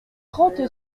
trente